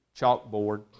chalkboard